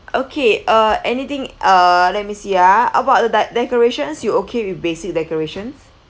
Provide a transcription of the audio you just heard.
okay uh anything uh let me see ah about the the decorations you okay with basic decorations